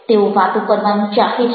તેઓ વાતો કરવાનું ચાહે છે